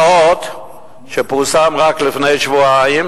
מה עוד שפורסם רק לפני שבועיים